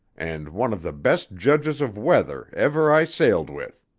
and one of the best judges of weather ever i sailed with.